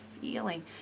feeling